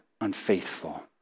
unfaithful